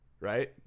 Right